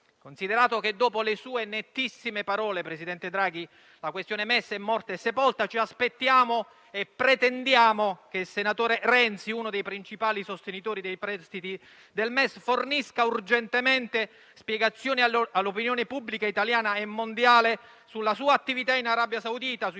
Considerato che dopo le sue nettissime parole, presidente Draghi, la questione MES è morta e sepolta, ci aspettiamo e pretendiamo che il senatore Renzi - uno dei principali sostenitori dei prestiti del MES - fornisca urgentemente spiegazioni all'opinione pubblica italiana e mondiale sulla sua attività in Arabia Saudita; sui